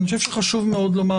אני חושב שחשוב מאוד לומר,